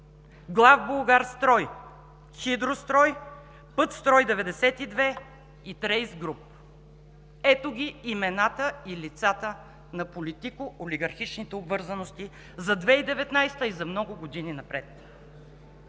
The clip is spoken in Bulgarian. „Главболгарстрой“, „Хидрострой“, „Пътстрой-92“ и „Трейс Груп“. Ето ги имената и лицата на политико-олигархичните обвързаности за 2019 г. и за много години напред!